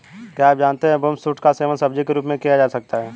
क्या आप जानते है बम्बू शूट्स का सेवन सब्जी के रूप में किया जा सकता है?